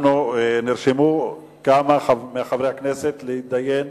נרשמו כמה מחברי הכנסת להתדיין